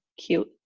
cute